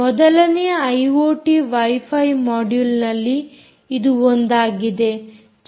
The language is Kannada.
ಮೊದಲನೆಯ ಐಓಟಿ ವೈಫೈ ಮೊಡ್ಯುಲ್ನಲ್ಲಿ ಇದು ಒಂದಾಗಿದೆ